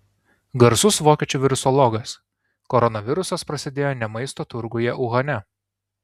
garsus vokiečių virusologas koronavirusas prasidėjo ne maisto turguje uhane